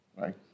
right